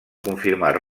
confirmar